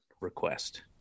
request